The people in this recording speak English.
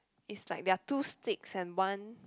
is like there are two sticks and one